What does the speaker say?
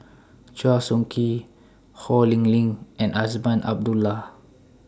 Chua Soo Khim Ho Lee Ling and Azman Abdullah